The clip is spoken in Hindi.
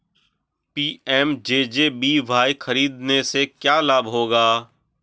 पी.एम.जे.जे.बी.वाय को खरीदने से क्या लाभ होगा?